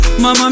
Mama